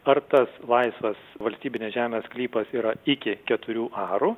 ar tas laisvas valstybinės žemės sklypas yra iki keturių arų